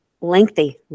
lengthy